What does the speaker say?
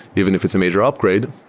even if it's a major upgrade,